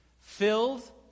filled